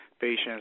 patients